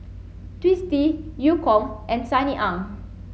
Twisstii Eu Kong and Sunny Ang